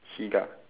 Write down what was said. higa